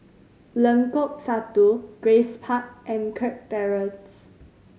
Lengkok Satu Grace Park and Kirk Terrace